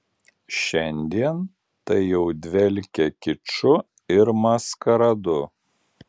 šiandien tai jau dvelkia kiču ir maskaradu